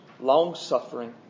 long-suffering